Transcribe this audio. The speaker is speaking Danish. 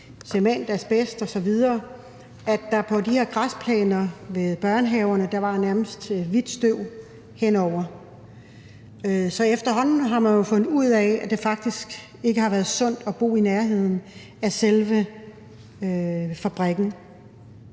man så hørte, var, at der på de her græsplæner ved børnehaverne nærmest var hvidt støv henover. Så efterhånden har man jo fundet ud af, at det faktisk ikke har været sundt at bo i nærheden af selve fabrikken,